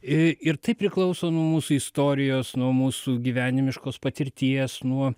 ir tai priklauso nuo mūsų istorijos nuo mūsų gyvenimiškos patirties nuo